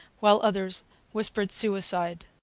while others whispered suicide.